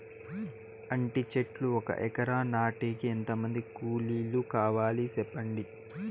అంటి చెట్లు ఒక ఎకరా నాటేకి ఎంత మంది కూలీలు కావాలి? సెప్పండి?